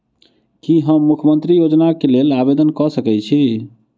की हम मुख्यमंत्री योजना केँ लेल आवेदन कऽ सकैत छी?